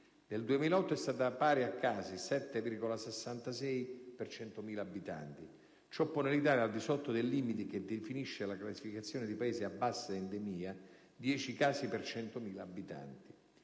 nel 2008 è stato pari a 7,66 casi per 100.000 abitanti. Ciò pone l'Italia al di sotto del limite che definisce la classificazione di Paese a bassa endemia (10 casi per 100.000 abitanti).